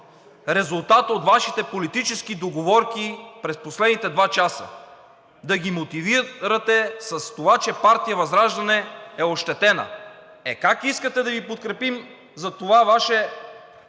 резултата от Вашите политически договорки през последните два часа. Да ги мотивирате с това, че партия ВЪЗРАЖДАНЕ е ощетена?! Е как искате да Ви подкрепим за това Ваше